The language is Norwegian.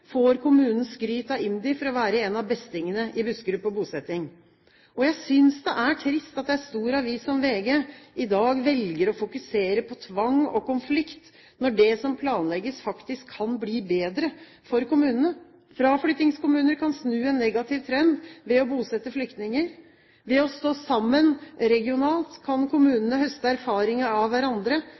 får kommunen skryt av IMDi for å være en av «bestingene» i Buskerud på bosetting. Jeg synes det er trist at en stor avis som VG i dag velger å fokusere på tvang og konflikt, når det som planlegges, faktisk kan bli bedre for kommunene – fraflyttingskommuner kan snu en negativ trend ved å bosette flyktninger. Ved å stå sammen regionalt kan kommunene høste erfaringer av hverandre,